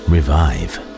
Revive